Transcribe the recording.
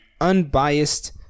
unbiased